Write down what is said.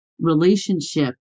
relationship